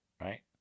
right